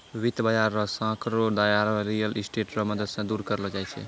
वित्त बाजार रो सांकड़ो दायरा रियल स्टेट रो मदद से दूर करलो जाय छै